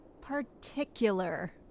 particular